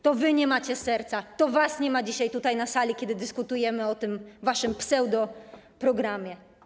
To wy nie macie serca, to was nie ma dzisiaj tutaj, na sali, kiedy dyskutujemy o tym waszym pseudoprogramie.